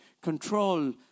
control